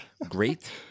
great